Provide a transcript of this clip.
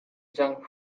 junk